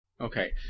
Okay